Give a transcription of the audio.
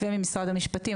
וממשרד המשפטים.